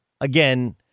again